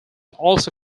also